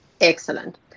Excellent